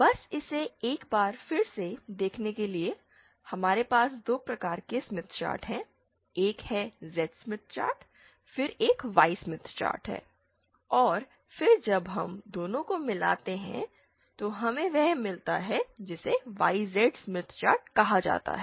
बस इसे एक बार फिर से देखने के लिए हमारे पास 2 प्रकार के स्मिथ चार्ट हैं एक है जेड स्मिथ चार्ट फिर एक वाई स्मिथ चार्ट है और फिर जब हम दोनों को मिलाते हैं तो हमें वह मिलता है जिसे जेडवाई स्मिथ चार्ट कहा जाता है